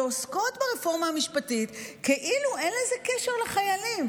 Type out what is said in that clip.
שעוסקות ברפורמה המשפטית כאילו אין לזה קשר לחיילים.